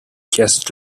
just